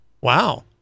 Wow